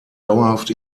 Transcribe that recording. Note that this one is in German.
dauerhaft